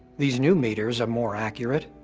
these new meters are more accurate.